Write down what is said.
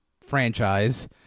franchise